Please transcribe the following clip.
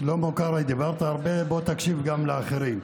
שלמה קרעי, דיברת הרבה, בוא תקשיב גם לאחרים.